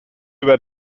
über